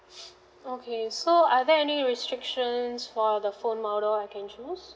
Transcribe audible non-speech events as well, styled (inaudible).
(noise) okay so are there any restrictions for the phone model I can choose